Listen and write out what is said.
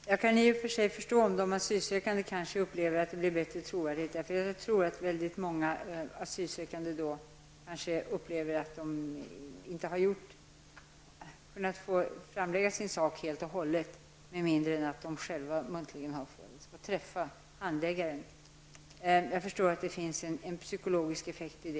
Herr talman! Jag kan i och för sig förstå om de asylsökande kanske upplever att det hade blivit en bättre trovärdighet med en muntlig handläggning. Jag tror att många asylsökande upplever att de inte har kunnat få framlägga sin sak helt och hållet med mindre än att de själva har fått träffa handläggaren. Jag förstår att det finns en sådan psykologisk effekt.